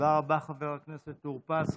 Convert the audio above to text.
תודה רבה, חבר הכנסת טור פז.